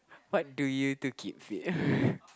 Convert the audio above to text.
what do you to keep fit